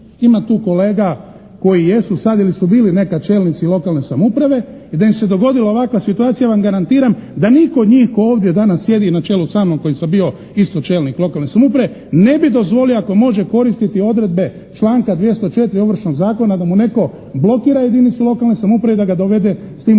ima tu kolega koji jesu sad ili su bili nekad čelnici lokalne samouprave i da im se dogodila ovakva situacija, ja vam garantiram da nitko od njih tko ovdje danas sjedi na čelu sa mnom koji sam bio isto čelnik lokalne samouprave, ne bih dozvolio ako može koristiti odredbe članka 204. Ovršnog zakona da mu netko blokira jedinicu lokalne samouprave i da ga dovede s tim u pat